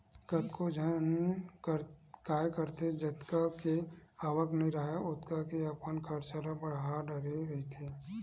कतको झन काय करथे जतका के आवक नइ राहय ओतका के अपन खरचा ल बड़हा डरे रहिथे